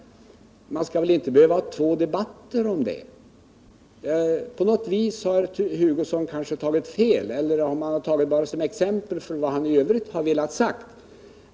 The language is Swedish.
Man skall väl inte behöva ha två debatter om dem! På något sätt har herr Hugosson tagit fel. Eller kanske har han bara tagit exempel från dessa områden för att visa vad han i övrigt vill ha sagt. Det må vara hänt.